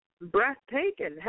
breathtaking